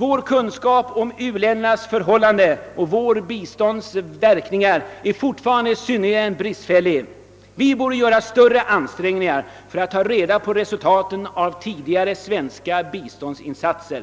Vår "kunskap om u-ländernas förhållanden och vårt bistånds verkningar är fortfarande synnerligen bristfällig. Vi borde göra större ansträngningar för att ta reda på resultaten av tidigare svenska biståndsinsatser.